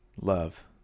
love